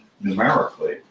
numerically